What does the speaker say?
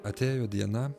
atėjo diena